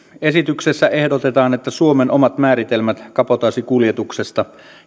esityksessä ehdotetaan että suomen omat määritelmät kabotaasikuljetuksesta